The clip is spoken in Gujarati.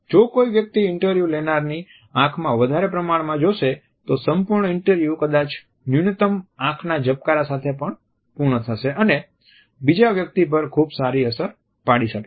જો કોઈ વ્યક્તિ ઇન્ટરવ્યુ લેનારની આંખ માં વધારે પ્રમાણમાં જોશે તો સંપૂર્ણ ઇન્ટરવ્યુ કદાચ ન્યુનતમ આંખના ઝબકારા સાથે પૂર્ણ થશે અને બીજા વ્યક્તિ પર ખુબ સારી અસર પાડી શકે છે